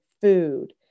food